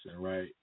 right